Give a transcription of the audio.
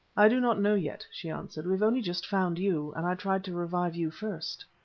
i do not know yet, she answered. we have only just found you, and i tried to revive you first.